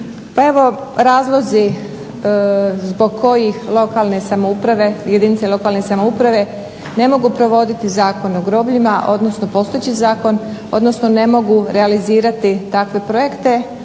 Pa evo razlozi zbog kojih lokalne samouprave, jedinice lokalne samouprave ne mogu provoditi Zakon o grobljima, odnosno postojeći zakon, odnosno ne mogu realizirati takve projekte